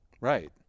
Right